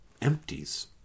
empties